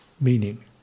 meaning